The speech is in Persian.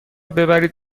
ببرید